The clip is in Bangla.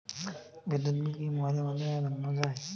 বিদ্যুৎ বিল কি মোবাইলের মাধ্যমে মেটানো য়ায়?